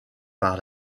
par